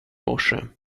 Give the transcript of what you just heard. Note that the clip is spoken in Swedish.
morse